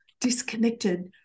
disconnected